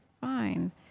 Fine